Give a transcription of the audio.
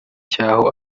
cyaho